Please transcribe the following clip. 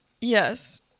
Yes